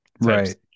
right